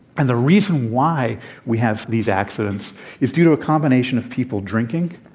and the reason why we have these accidents is due to a combination of people drinking,